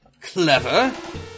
Clever